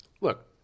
look